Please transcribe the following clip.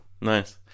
Nice